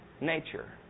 nature